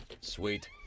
Sweet